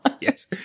Yes